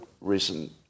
recent